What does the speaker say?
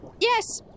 yes